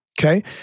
okay